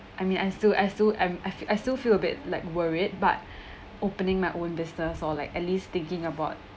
I mean I still I still I still feel a bit like worried about opening my own business or like at least thinking about